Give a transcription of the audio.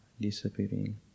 disappearing